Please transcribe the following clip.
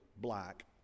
black